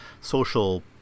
social